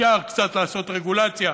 אפשר קצת לעשות רגולציה,